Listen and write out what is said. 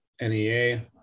NEA